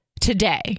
today